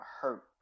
Hurt